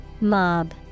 Mob